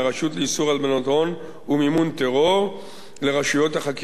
לאיסור הלבנת הון ומימון טרור לרשויות החקירה.